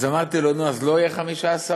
אז אמרתי לו: נו, אז לא יהיה 15 יום?